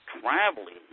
traveling